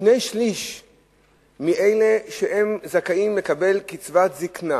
שני-שלישים מאלה שזכאים לקבל קצבת זיקנה